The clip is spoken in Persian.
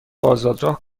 آزادراه